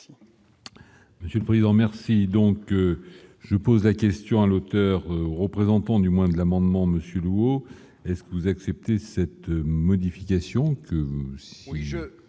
Monsieur le président merci donc je pose la question à l'auteur, représentant du moins de l'amendement monsieur lourd est-ce que vous acceptez cette modification.